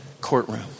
courtroom